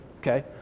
Okay